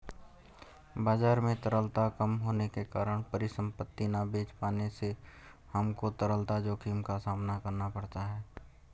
बाजार में तरलता कम होने के कारण परिसंपत्ति ना बेच पाने से हमको तरलता जोखिम का सामना करना पड़ता है